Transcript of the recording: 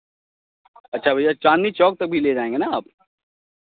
अच्छा भैया चाँदनी चौक तक भी ले जाएँगे ना आप